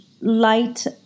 light